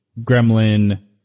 gremlin